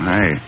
Hey